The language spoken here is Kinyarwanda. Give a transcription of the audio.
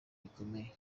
bikomeye